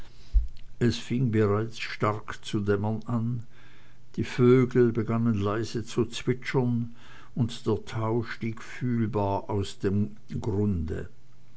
es fing bereits stark zu dämmern an die vögel begannen leise zu zwitschern und der tau stieg fühlbar aus dem grunde